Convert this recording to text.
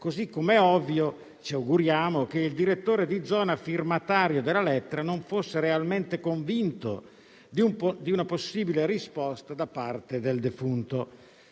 così come è ovvio - ce lo auguriamo - che il direttore di zona, firmatario della lettera, non fosse realmente convinto di una possibile risposta da parte del defunto.